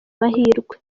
mahirwe